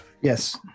Yes